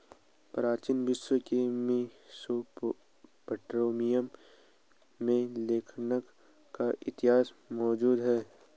प्राचीन विश्व के मेसोपोटामिया में लेखांकन का इतिहास मौजूद है